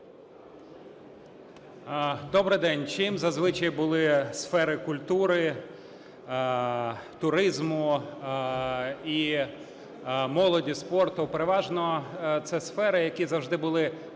Добрим день! Чим зазвичай були сфери культури, туризму і молоді, спорту? Переважно це сфери, які завжди були